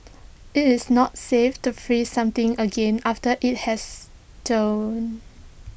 IT is not safe to freeze something again after IT has thawed